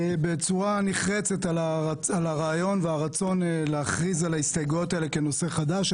בצורה נחרצת על הרעיון והרצון להכריז על ההסתייגויות האלה כעל נושא חדש.